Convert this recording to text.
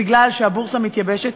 כי הבורסה מתייבשת,